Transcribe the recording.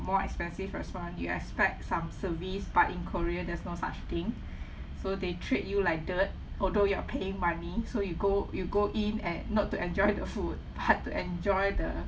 more expensive restaurant you expect some service but in korea there's no such thing so they treat you like dirt although you are paying money so you go you go in and not to enjoy the food but to enjoy the